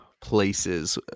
places